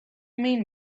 mean